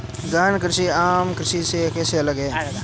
गहन कृषि आम कृषि से कैसे अलग है?